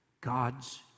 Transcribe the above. God's